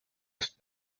ist